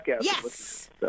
Yes